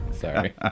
Sorry